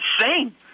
insane